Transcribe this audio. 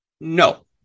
No